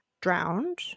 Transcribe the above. drowned